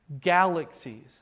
galaxies